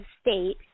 state